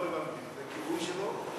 לכיבוי שלו?